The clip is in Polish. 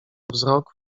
wzrok